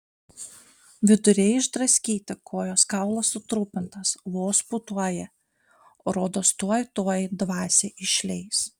viduriai išdraskyti kojos kaulas sutrupintas vos pūtuoja rodos tuoj tuoj dvasią išleis